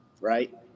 right